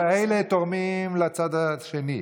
אלה תורמים לצד השני.